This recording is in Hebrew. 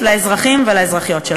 קיומית לאזרחים ולאזרחיות שלנו.